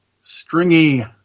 stringy